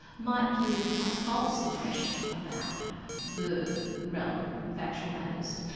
might give a false impression about the relevant factual matters.